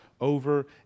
over